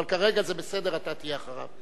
אבל כרגע זה בסדר, אתה תהיה אחריו.